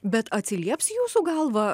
bet atsilieps jūsų galvą